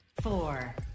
Four